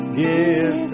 give